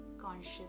conscious